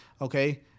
Okay